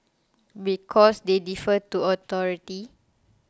because they defer to authority